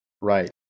right